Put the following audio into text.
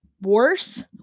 worse